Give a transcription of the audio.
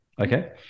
okay